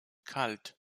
kalt